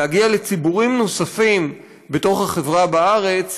להגיע לציבורים נוספים בחברה בארץ